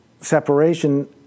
separation